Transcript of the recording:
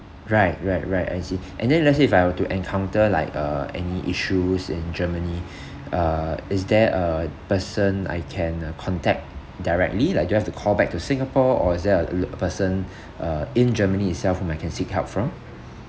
right right right I see and then let's say if I were to encounter like uh any issues in germany uh is there a person I can uh contact directly like do I have to call back to singapore or is there a l~ a person uh in germany itself whom I can seek help from